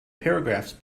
paragraphs